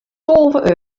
tolve